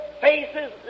faces